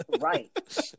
Right